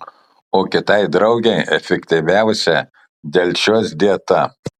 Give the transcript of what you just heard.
o kitai draugei efektyviausia delčios dieta